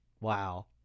wow